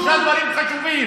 שלושה דברים חשובים